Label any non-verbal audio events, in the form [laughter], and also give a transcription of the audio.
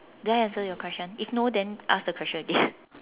did I answer your question if no then ask the question again [breath]